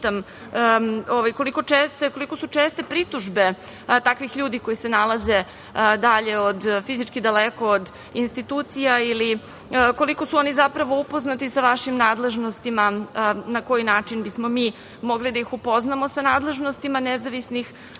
koliko su česte pritužbe takvih ljudi koji se nalaze dalje, fizički daleko od institucija ili koliko su oni zapravo upoznati sa vašim nadležnostima, na koji način bismo mi mogli da ih upoznamo sa nadležnostima nezavisnih tela